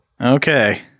Okay